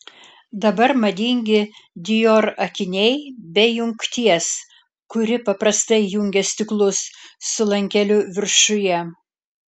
dabar madingi dior akiniai be jungties kuri paprastai jungia stiklus su lankeliu viršuje